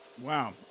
Wow